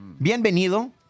bienvenido